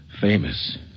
Famous